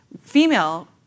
female